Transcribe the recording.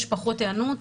יש פחות היענות,